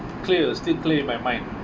clear still clear in my mind